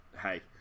hey